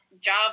job